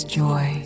joy